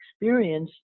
experience